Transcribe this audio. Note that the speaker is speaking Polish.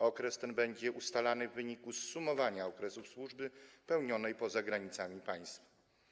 Okres ten będzie ustalany w wyniku zsumowania okresów służby pełnionej poza granicami państwa.